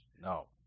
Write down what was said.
No